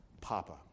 Papa